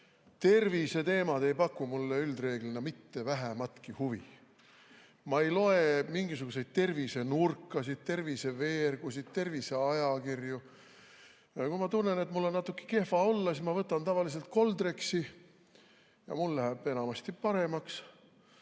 terviseteemad mulle üldreeglina mitte vähematki huvi. Ma ei loe mingisuguseid tervisenurkasid, terviseveergusid ega terviseajakirju. Kui ma tunnen, et mul on natuke kehva olla, siis ma võtan tavaliselt Coldrexi ja mul läheb enamasti paremaks.